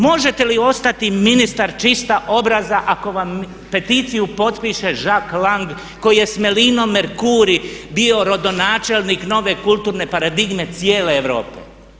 Možete li ostati ministar čista obraza ako vam peticiju potpiše Jack Lang koji je sa Melinom Mercouri bio rodonačelnik nove kulturne paradigme cijel Europe?